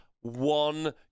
One